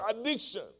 addiction